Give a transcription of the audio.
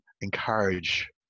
encourage